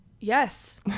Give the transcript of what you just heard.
Yes